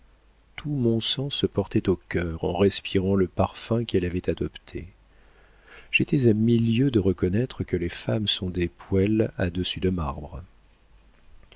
tout mon sang se portait au cœur en respirant le parfum qu'elle avait adopté j'étais à mille lieues de reconnaître que les femmes sont des poêles à dessus de marbre